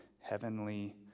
heavenly